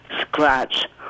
scratch